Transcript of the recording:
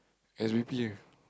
S_B_P ah